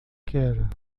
quer